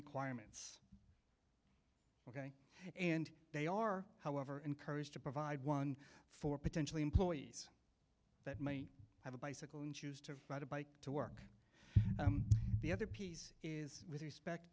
requirements ok and they are however encouraged to provide one for potential employees that may have a bicycle and choose to ride a bike to work the other piece is with respect